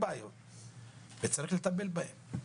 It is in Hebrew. וצריך לטפל בהן.